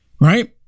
Right